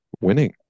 winning